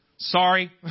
Sorry